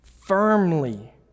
firmly